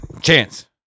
chance